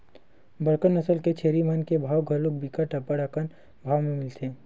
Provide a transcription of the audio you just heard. बड़का नसल के छेरी मन के भाव घलोक बिकट अब्बड़ अकन भाव म मिलथे